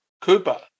Cooper